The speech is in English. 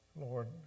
Lord